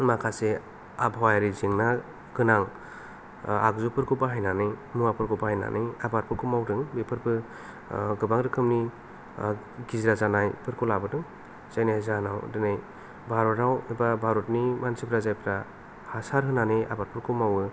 माखासे आबहायारि जेंना गोनां आगजुफोरखौ बाहायनानै मुवाफोरखौ बाहायनानै आबादफोरखौ मावदों बेफोरबो गोबां रोखोमनि गिज्रा जानायफोरखौ लाबोदों जायनि जाहोनाव दिनै भारताव एबा भारतनि मानसिफोरा जायफ्रा हासार होनानै आबादफोरखौ मावो